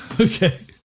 Okay